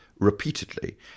repeatedly